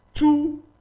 two